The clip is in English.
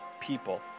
people